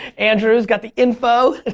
andrew's got the info.